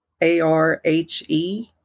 A-R-H-E